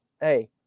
hey